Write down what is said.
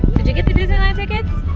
did you get the disneyland tickets?